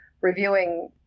reviewing